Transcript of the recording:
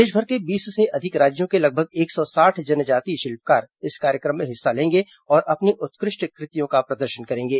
देशभर के बीस से अधिक राज्यों के लगभग एक सौ साठ जनजातीय शिल्पकार इस कार्यक्रम में हिस्सा लेंगे और अपनी उत्कृष्ट कृतियों का प्रदर्शन करेंगे